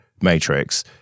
Matrix